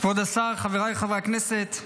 כבוד השר, חבריי חברי הכנסת,